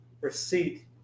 receipt